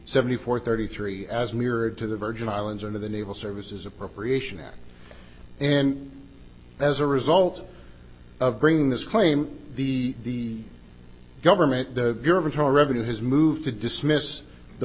seventy four thirty three as mirrored to the virgin islands or the naval services appropriation act and as a result of bringing this claim the government the gervinho revenue has moved to dismiss the